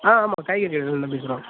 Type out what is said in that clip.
ஆ ஆமாம் காய்கறி கடையிலருந்துதா பேசுகிறோம்